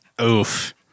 Oof